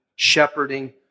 shepherding